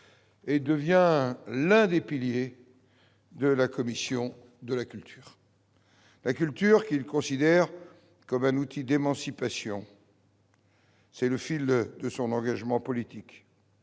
et devient l'un des piliers de la commission de la culture. La culture, qu'il considère comme un outil d'émancipation, est en effet le fil rouge de son engagement politique.